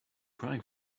crying